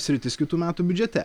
sritis kitų metų biudžete